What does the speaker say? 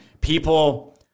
people